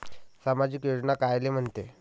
सामाजिक योजना कायले म्हंते?